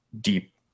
deep